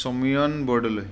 Samiran Bordoloi